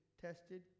tested